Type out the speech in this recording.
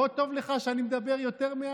לא טוב לך שאני מדבר יותר,